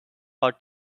our